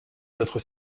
notre